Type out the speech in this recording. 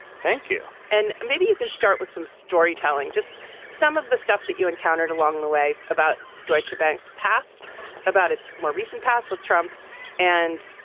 thank you. and maybe you can start with some storytelling, just some of the stuff that you encountered along the way about deutschebank past about its more recent past with trump and.